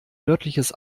nördliches